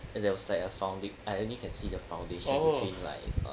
there was like a found I can only see the foundation between like uh